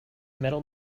metal